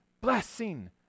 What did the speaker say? blessing